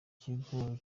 kigo